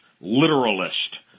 literalist